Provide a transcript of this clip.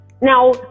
Now